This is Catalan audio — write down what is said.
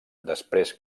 després